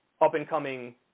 up-and-coming